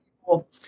people